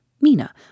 Mina